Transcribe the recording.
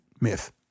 myth